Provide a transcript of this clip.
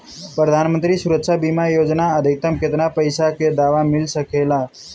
प्रधानमंत्री सुरक्षा बीमा योजना मे अधिक्तम केतना पइसा के दवा मिल सके ला?